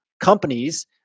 companies